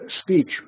speech